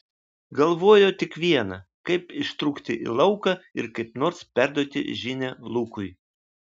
galvojo tik viena kaip ištrūkti į lauką ir kaip nors perduoti žinią lukui